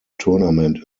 tournament